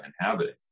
inhabiting